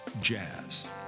jazz